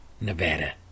Nevada